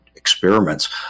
experiments